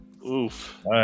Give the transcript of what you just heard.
Oof